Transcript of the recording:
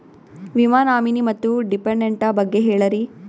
ವಿಮಾ ನಾಮಿನಿ ಮತ್ತು ಡಿಪೆಂಡಂಟ ಬಗ್ಗೆ ಹೇಳರಿ?